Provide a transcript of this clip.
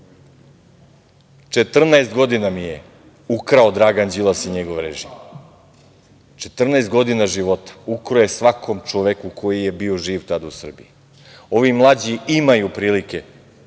14 godina mi je ukrao Dragan Đilas i njegov režim, 14 godina života ukrao je svakom čoveku koji je bio živ tada u Srbiji. Ovi mlađi imaju prilike